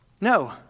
No